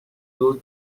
دوگ